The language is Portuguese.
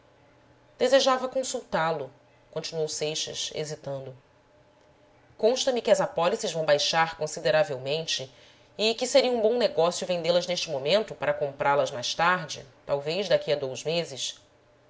desejava consultá lo continuou seixas hesitando consta me que as apólices vão baixar consideravelmente e que seria um bom negócio vendê las neste momento para comprá-las mais tarde talvez daqui a dous meses